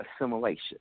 Assimilation